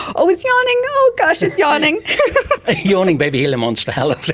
oh, it's yawning, oh gosh, it's yawning! a yawning baby gila monster, how